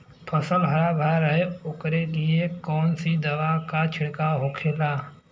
फसल हरा भरा रहे वोकरे लिए कौन सी दवा का छिड़काव होखेला?